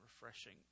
refreshing